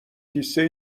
کیسه